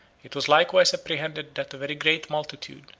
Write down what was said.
it was likewise apprehended that a very great multitude,